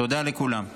תודה לכולם.